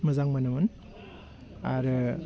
मोजां मोनोमोन आरो